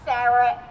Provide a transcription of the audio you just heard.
Sarah